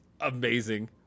amazing